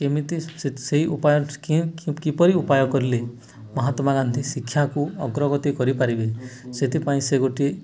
କେମିତି ସେଇ ଉପାୟ କିପରି ଉପାୟ କରିଲେ ମହାତ୍ମା ଗାନ୍ଧୀ ଶିକ୍ଷାକୁ ଅଗ୍ରଗତି କରିପାରିବେ ସେଥିପାଇଁ ସେ ଗୋଟିଏ